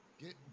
Get